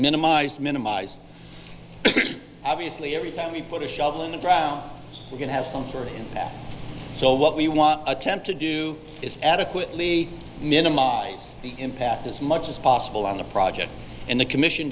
minimize minimize obviously every time we put a shovel in the ground we can have time for that so what we want attempt to do is adequately minimize the impact as much as possible on the project and the commission